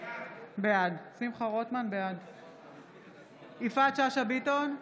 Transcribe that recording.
בעד יפעת שאשא ביטון,